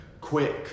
Quick